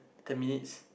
ten minutes